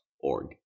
org